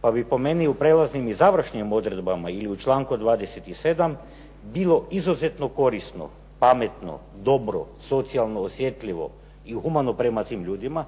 pa bi po meni u prelaznim i završnim odredbama ili u članku 27. bilo izuzetno korisno, pametno, dobro, socijalno osjetljivo i humano prema tim ljudima